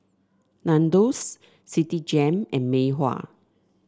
Nandos Citigem and Mei Hua